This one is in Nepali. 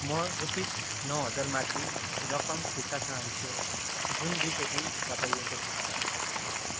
म रुपिज नौ हजारमाथि रकम फिर्ता चाहन्छु जुन दुईचोटि घटाइएको थियो